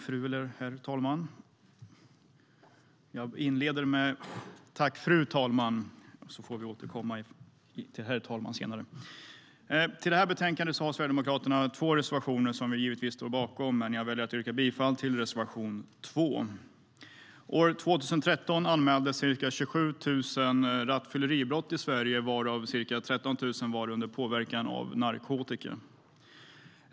Fru talman! I detta betänkande har Sverigedemokraterna två reservationer, som vi givetvis står bakom, men jag väljer att yrka bifall till reservation 2. Skärpta regler om förverkande av fordon vid trafikbrott År 2013 anmäldes ca 27 000 rattfylleribrott i Sverige varav ca 13 000 gällde påverkan av narkotika.